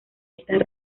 estas